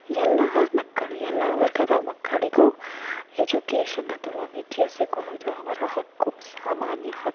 ಎಲ್ಲ ಮಕ್ಕಳು ಎಲ್ಲ ವರ್ಗದ ಮಕ್ಕಳಿಗೂ ಎಜುಕೇಷನ್ ಅಥವಾ ವಿದ್ಯೆ ಸಿಗುವುದು ಅವರ ಹಕ್ಕು ಸಾಮಾನ್ಯ ಹಕ್ಕು